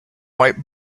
white